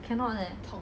cannot leh